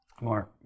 More